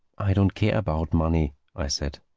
i don't care about money, i said.